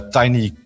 tiny